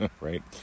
right